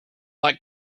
like